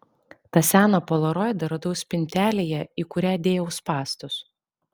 tą seną polaroidą radau spintelėje į kurią dėjau spąstus